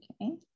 Okay